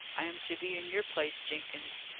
i am to be in your place, jenkins.